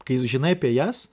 kai žinai apie jas